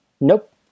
Nope